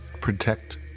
protect